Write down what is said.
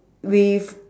with